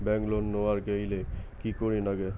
Bank loan নেওয়ার গেইলে কি করীর নাগে?